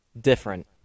different